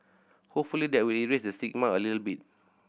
hopefully that will erase the stigma a little bit